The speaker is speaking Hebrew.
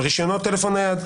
של רשיונות טלפון נייד,